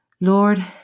Lord